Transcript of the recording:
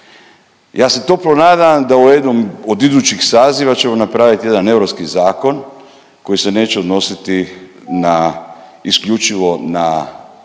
Ja se toplo nadam da u jednom od idućih saziva ćemo napravit jedan europski zakon koji se neće odnositi na isključivo na